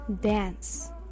dance